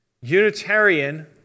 Unitarian